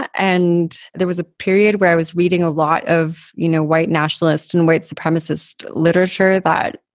and there was a period where i was reading a lot of you know white nationalist and white supremacist literature that,